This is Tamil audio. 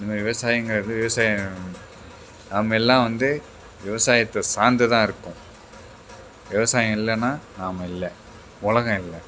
இதுமாரி விவசாயங்கிறது விவசாயம் நாமெல்லாம் வந்து விவசாயத்தை சார்ந்து தான் இருக்கோம் விவசாயம் இல்லைனா நாம் இல்லை உலகம் இல்லை